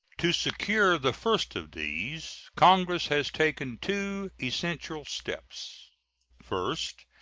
to secure the first of these, congress has taken two essential steps first,